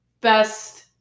best –